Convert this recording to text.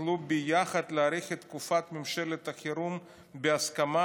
יוכלו ביחד להאריך את תקופת ממשלת החירום בהסכמה,